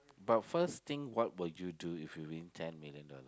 but first thing what will you do if you win ten million dollars